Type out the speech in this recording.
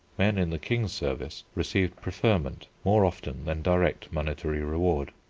men in the king's service received preferment more often than direct monetary reward.